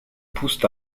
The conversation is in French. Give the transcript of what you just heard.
poussent